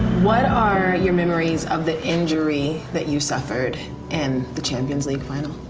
what are your memories of the injury that you suffered in the champions league final?